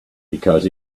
because